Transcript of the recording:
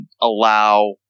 Allow